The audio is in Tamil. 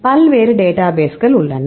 எனவே பல்வேறு டேட்டாபேஸ்கள் உள்ளன